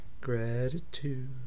Gratitude